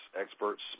experts